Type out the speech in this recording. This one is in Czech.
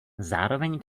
zároveň